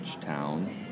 town